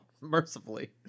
Mercifully